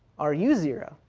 are you zero?